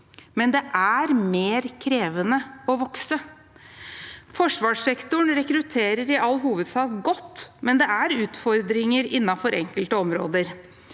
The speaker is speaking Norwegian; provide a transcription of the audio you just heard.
men det er mer krevende å vokse. Forsvarssektoren rekrutterer i all hovedsak godt, men det er utfordringer innenfor enkelte områder.